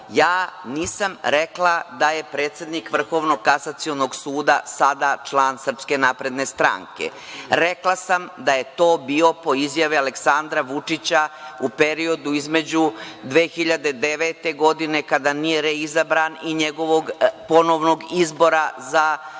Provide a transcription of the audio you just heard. Ja nisam rekla da je predsednik Vrhovno kasacionog suda sada član SNS, rekla sam da je to bio, po izjavi Aleksandra Vučića, u periodu između 2009. godine, kada nije reizabran, i njegovog ponovnog izbora za